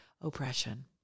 oppression